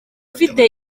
ufite